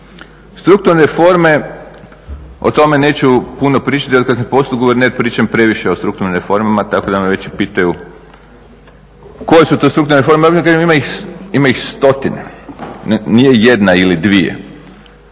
Strukturne reforme, o tome neću puno pričati jer otkad sam postao guverner pričam previše o strukturnim reformama tako da me već pitaju koje su to strukturne reforme, a ja kažem ima ih stotine, nije jedna ili dvije.